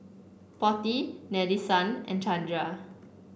Potti Nadesan and Chanda